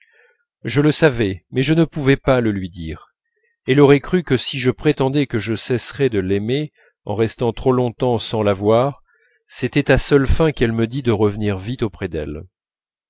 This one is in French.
je le savais mais je ne pouvais pas le lui dire elle aurait cru que si je prétendais que je cesserais de l'aimer en restant trop longtemps sans la voir c'était à seule fin qu'elle me dît de revenir vite auprès d'elle